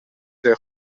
see